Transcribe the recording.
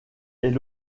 est